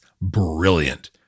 brilliant